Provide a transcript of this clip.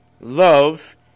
love